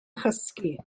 chysgu